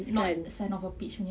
not son of a peach punya